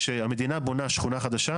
כשהמדינה בונה שכונה חדשה,